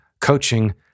coaching